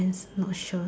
is not sure